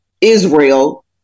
Israel